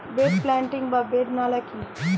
Bed planting বা bed নালা কি?